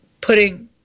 putting